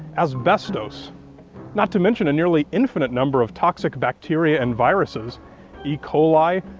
asbestos not to mention a nearly infinite number of toxic bacteria and viruses e. coli,